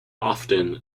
often